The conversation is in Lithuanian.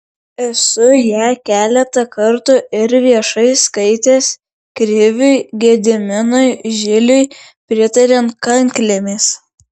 esu ją keletą kartų ir viešai skaitęs kriviui gediminui žiliui pritariant kanklėmis